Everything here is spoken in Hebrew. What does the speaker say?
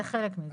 זה חלק מזה.